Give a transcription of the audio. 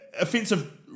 offensive